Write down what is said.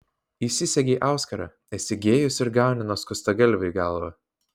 įsisegei auskarą esi gėjus ir gauni nuo skustagalvių į galvą